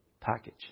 package